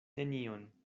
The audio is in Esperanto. nenion